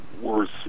worse